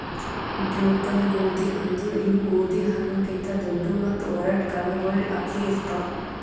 broken ಗೋದಿ ಅಂದುರ್ ಇವು ಗೋದಿ ಹಣ್ಣು ಕಿಂತ್ ದೊಡ್ಡು ಮತ್ತ ಒರಟ್ ಕಣ್ಣಗೊಳ್ ಅಪ್ಲೆ ಇರ್ತಾವ್